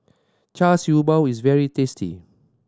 Char Siew Bao is very tasty